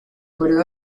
período